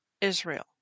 Israel